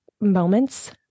moments